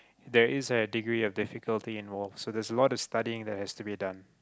there is a degree of in difficulty involve so there's a lot of studying that has to be done